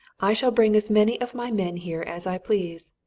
i shall bring as many of my men here as i please.